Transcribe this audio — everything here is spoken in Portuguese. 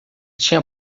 tinha